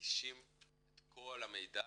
מנגישים את כל המידע